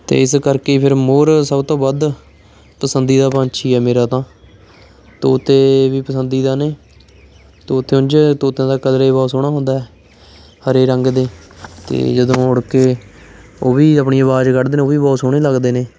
ਅਤੇ ਇਸ ਕਰਕੇ ਫਿਰ ਮੋਰ ਸਭ ਤੋਂ ਵੱਧ ਪਸੰਦੀਦਾ ਪੰਛੀ ਹੈ ਮੇਰਾ ਤਾਂ ਤੋਤੇ ਵੀ ਪਸੰਦੀਦਾ ਨੇ ਤੋਤਾ ਉਝ ਤੋਤਿਆਂ ਦਾ ਕਲਰ ਏ ਬਹੁਤ ਸੋਹਣਾ ਹੁੰਦਾ ਹਰੇ ਰੰਗ ਦੇ ਅਤੇ ਜਦੋਂ ਉੜ ਕੇ ਉਹ ਵੀ ਆਪਣੀ ਆਵਾਜ਼ ਕੱਢਦੇ ਨੇ ਉਹ ਵੀ ਬਹੁਤ ਸੋਹਣੇ ਲੱਗਦੇ ਨੇ